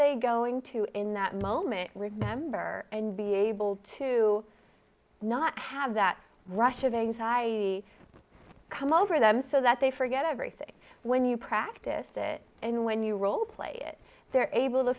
they going to in that moment remember and be able to not have that russia things i come over them so that they forget everything when you practiced it and when you roleplay it they're able to